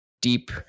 deep